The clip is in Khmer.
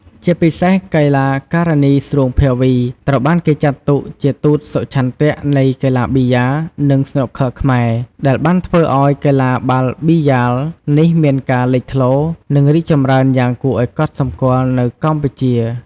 ជាពិសេសកីឡាការិនី ស្រួង ភាវី ត្រូវបានគេចាត់ទុកជាទូតសុឆន្ទៈនៃកីឡាប៊ីយ៉ា និងស្នូកឃ័រខ្មែរ ដែលបានធ្វើឲ្យកីឡាបាល់ប៊ីយ៉ាលនេះមានការលេចធ្លោ និងរីកចម្រើនយ៉ាងគួរឱ្យកត់សម្គាល់នៅ កម្ពុជា។